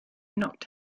knocked